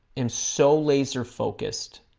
am so laser focused